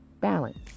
Balance